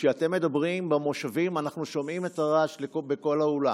כשאתם מדברים מהמושבים אנחנו שומעים את הרעש בכל האולם,